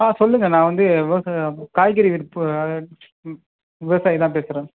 ஆ சொல்லுங்கள் நான் வந்து விவசாயம் காய்கறி விற்பதாக விவசாயி தான் பேசுகிறேன்